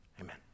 amen